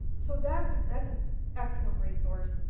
so that's an that's an excellent resource.